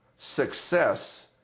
success